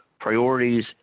priorities